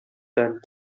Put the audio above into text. that